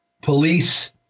police